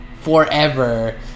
forever